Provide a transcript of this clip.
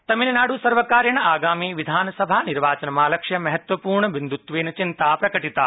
निर्वाचन तमिलनाड सर्वकारेण आगामि विधानसभा निर्वाचनमालक्ष्य महत्वपूर्ण बिन्दत्वेन चिन्ता प्रकटिता